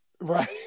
right